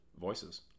Voices